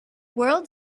world